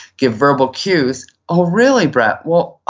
give verbal cues. oh really, brett? well,